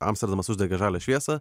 amsterdamas uždegė žalią šviesą